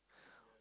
<S<